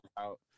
out